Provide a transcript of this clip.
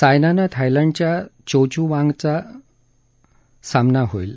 सायनानं थायलँडच्या चोचूवांगचा सामना होईल